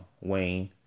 Wayne